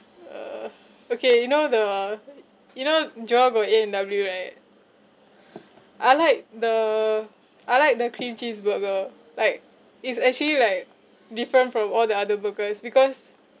uh okay you know the you know jurong got A and W right I like the I like the cream cheese burger like it's actually like different from all the other burgers because